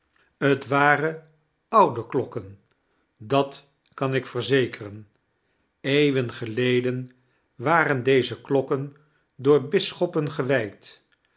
t waren oude klokken dat kan ik verzekeren eeuwen geleden waren deze klokken door bisscboppein gewijd